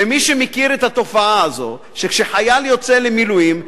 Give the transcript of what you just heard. ומי שמכיר את התופעה הזאת, שכשחייל יוצא למילואים,